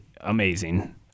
amazing